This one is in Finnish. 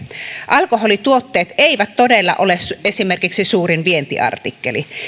alkoholituotteet eivät todella ole esimerkiksi suurin vientiartikkeli